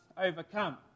overcome